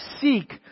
seek